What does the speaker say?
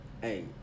hey